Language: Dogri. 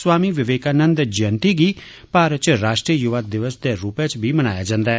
स्वामी विवेकानंद जयंति गी भारत च राष्ट्रीय युवा दिवस दे रूपै च बी मनाया जन्दा ऐ